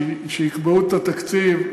כי כשיקבעו את התקציב,